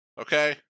okay